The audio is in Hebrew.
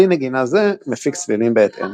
כלי נגינה זה מפיק צלילים בהתאם.